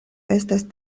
estas